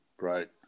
right